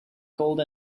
cold